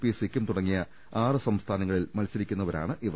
P Sikkim തുടങ്ങിയ ആറ് സംസ്ഥാ നങ്ങളിൽ മത്സരിക്കുന്നവരാണ് ഇവർ